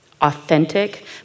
authentic